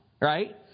right